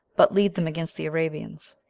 but lead them against the arabians.